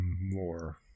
more